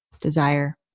desire